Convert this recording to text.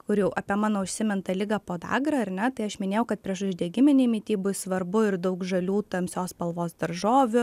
kur jau apie mano užsimintą ligą podagrą ar ne tai aš minėjau kad priešuždegiminei mitybai svarbu ir daug žalių tamsios spalvos daržovių